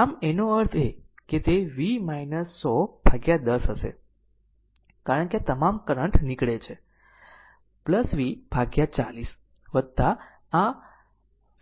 આમ એનો અર્થ એ કે તે V 100 10 હશે કારણ કે તમામ કરંટ નીકળે છે V 40 આ